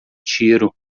tiro